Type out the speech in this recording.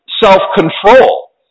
self-control